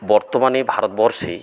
বর্তমানে ভারতবর্ষে